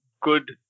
good